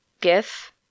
gif